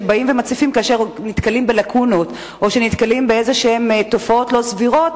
שבאים ומציפים כאשר נתקלים בלקונות או באיזה תופעות לא סבירות,